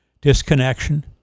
disconnection